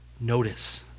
notice